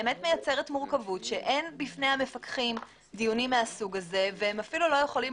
מייצרת מורכבות שאין בפני המפקחים דיונים מהסוד הזה והם אפילו לא יכולים